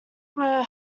were